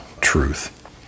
truth